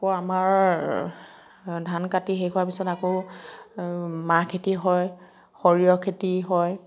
আকৌ আমাৰ ধান কাটি শেষ হোৱাৰ পিছত আকৌ মাহ খেতি হয় সৰিয়হ খেতি হয়